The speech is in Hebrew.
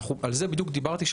על זה בדיוק דיברתי,